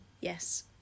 Yes